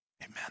Amen